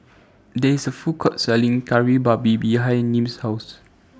There IS A Food Court Selling Kari Babi behind Nim's House